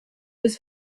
was